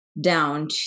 down